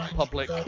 public